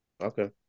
Okay